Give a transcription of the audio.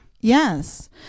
Yes